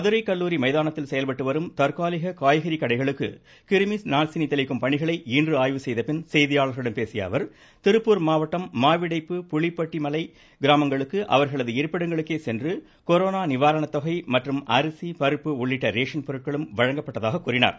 மதுரை கல்லூரி மைதானத்தில் செயல்பட்டு வரும் தற்காலிக காய்கறி கடைகளுக்கு கிருமிநாசினி தெளிக்கும் பணிகளை இன்று ஆய்வு செய்த பின் செய்தியாளர்களிடம் பேசிய அவர் திருப்பூர் மாவட்டம் மாவிடைப்பு புளிப்பட்டி மலை கிராமங்களுக்கு அவர்களது இருப்பிடங்களுக்கே சென்று கொரோனா நிவாரணத் தொகை மற்றும் அரிசி பருப்பு உள்ளிட்ட ரேசன் பொருட்களும் வழங்கப்பட்டதாக கூறினார்